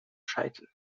scheitel